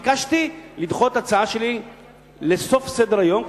ביקשתי לדחות את ההצעה שלי לסוף סדר-היום,